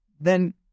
Then-